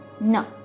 No